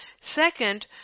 second